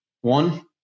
One